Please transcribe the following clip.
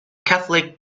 catholic